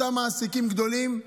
אותם מעסיקים גדולים,